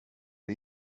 det